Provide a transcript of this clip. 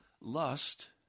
Lust